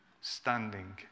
standing